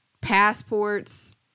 Passports